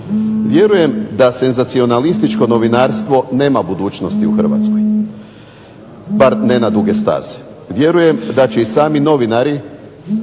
Vjerujem da senzacionalističko novinarstvo nema budućnosti u HRvatskoj, bar ne na duge staze. Vjerujem da će i sami novinari